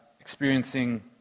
experiencing